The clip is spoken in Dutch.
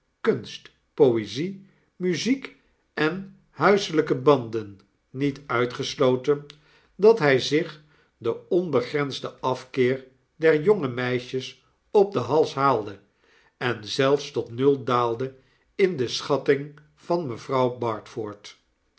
kunst poezie muziek en huiseljjke banden niet uitgesloten dat hij zich den onbegrensden afkeer der jonge meisjes op den hals haalde en zelfs tot nul daalde in de schatting van mevrouw